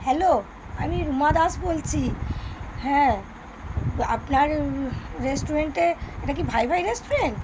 hello আমি রুমা দাস বলছি হ্যাঁ আপনার রেস্টুরেন্টে এটা কি ভাই ভাই রেস্টুরেন্ট